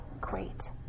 great